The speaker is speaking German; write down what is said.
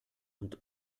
und